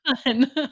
fun